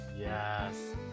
yes